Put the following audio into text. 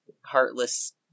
heartless